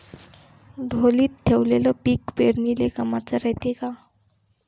ढोलीत ठेवलेलं पीक पेरनीले कामाचं रायते का?